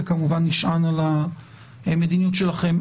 זה כמובן נשען על המדיניות שלכם.